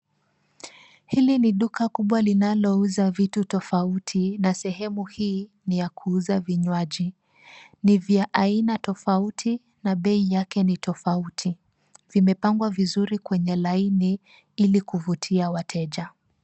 Hili ni duka kubwa linalo uza vitu tofauti na sehemu hii ni ya kuuza vinywaji. Ni vya aina tofauti na bei yake ni tofauti .Vimepangwa vizuri kwenye laini ili kuvutia wateja.